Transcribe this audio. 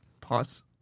pause